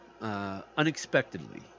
unexpectedly